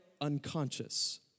unconscious